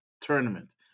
tournament